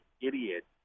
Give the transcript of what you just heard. idiot